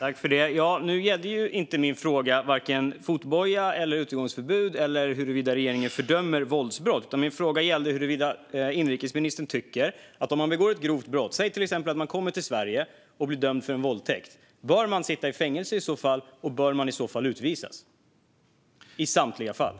Herr talman! Min fråga gällde varken fotboja, utegångsförbud eller huruvida regeringen fördömer våldsbrott. Den gällde huruvida inrikesministern tycker att den som begår ett grovt brott - säg att man kommer till Sverige och blir dömd för våldtäkt - bör sitta i fängelse. Och bör man i så fall utvisas, i samtliga fall?